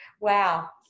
Wow